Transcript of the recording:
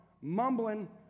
mumbling